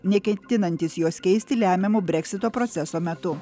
neketinantys jos keisti lemiamu breksito proceso metu